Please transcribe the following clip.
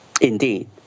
Indeed